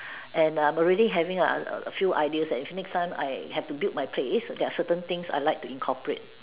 and I'm already having uh a few ideas and next time I have to build my place there are certain things I like to incorporate